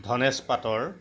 ধনেশ পাটৰ